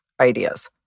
ideas